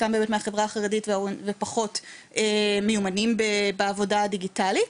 חלקם באמת מהעדה החרדית ופחות מיומנים בעבודה הדיגיטלית,